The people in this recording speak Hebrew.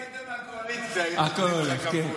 אם היית מהקואליציה, היו נותנים לך כפול.